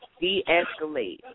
de-escalate